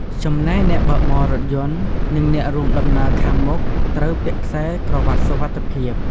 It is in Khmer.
ចំណែកអ្នកបើកបររថយន្ត និងអ្នករួមដំណើរខាងមុខ ត្រូវ ពាក់ខ្សែក្រវាត់សុវត្ថិភាព។